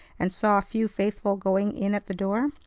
and saw a few faithful going in at the door.